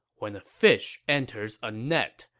when a fish enters a net,